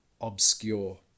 obscure